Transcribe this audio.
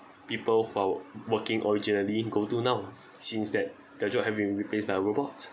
people who are working originally go to now since that their job have been replaced by robot